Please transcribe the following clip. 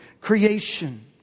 creation